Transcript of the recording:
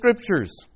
Scriptures